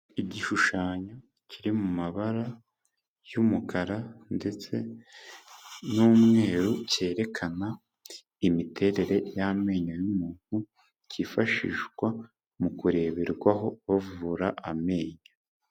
Igishushanyo kiri mu mabara y'umukara ndetse n'umweru, cyerekana imiterere y'amenyo y'umuntu, cyifashishwa mu kureberwaho bavura amenyo.